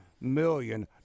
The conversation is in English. million